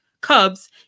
cubs